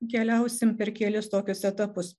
keliausim per kelis tokius etapus